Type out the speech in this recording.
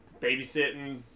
babysitting